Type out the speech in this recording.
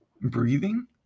breathing